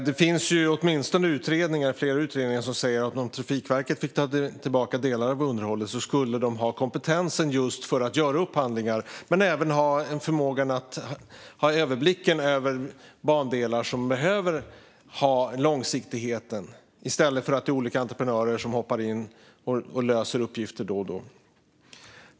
Det finns åtminstone flera utredningar som säger att om Trafikverket fick ta tillbaka delar av underhållet skulle de ha kompetensen för att göra upphandlingar men även en förmåga att ha överblick över bandelar där det behövs långsiktighet i stället för att olika entreprenörer hoppar in och löser uppgifter då och då.